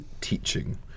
teaching